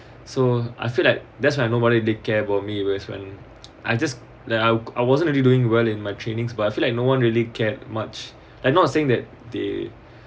so I feel like that's why nobody they care about me whereas when I just that I wasn't really doing well in my trainings but I feel like no one really cared much I'm not saying that they